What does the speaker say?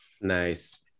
Nice